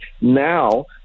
now